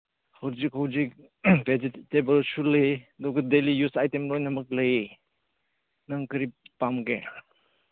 ꯍꯧꯖꯤꯛ ꯍꯧꯖꯤꯛ ꯚꯦꯖꯤꯇꯦꯕꯜꯁꯨ ꯂꯩ ꯑꯗꯨꯒ ꯗꯦꯂꯤ ꯌꯨꯖ ꯑꯥꯏꯇꯦꯝ ꯂꯣꯏꯅꯃꯛ ꯂꯩ ꯅꯪ ꯀꯔꯤ ꯄꯥꯝꯒꯦ